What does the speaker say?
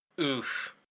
Oof